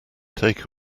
take